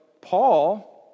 Paul